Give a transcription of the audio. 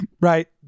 right